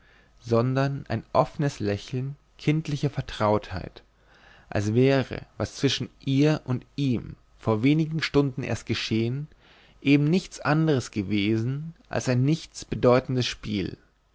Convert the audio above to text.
sondern ein offenes lächeln kindlicher vertrautheit als wäre was zwischen ihr und ihm vor wenigen stunden erst geschehen eben nichts andres gewesen als ein nichts bedeutendes spiel